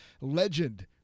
Legend